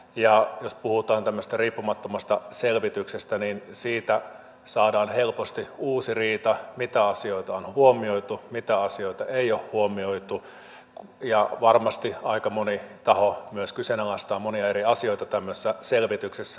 ja jos puhutaan tämmöisestä riippumattomasta selvityksestä niin siitä saadaan helposti uusi riita että mitä asioita on huomioitu mitä asioita ei ole huomioitu ja varmasti aika moni taho myös kyseenalaistaa monia eri asioita tämmöisessä selvityksessä